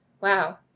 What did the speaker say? Wow